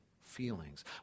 feelings